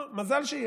נו, מזל שיש.